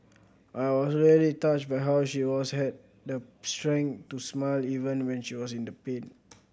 I was really touched by how she always had the strength to smile even when she was in the pain